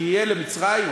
כי יהיה למצרים,